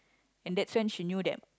and that's when she knew that